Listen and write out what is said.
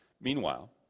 Meanwhile